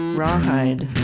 rawhide